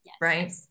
Right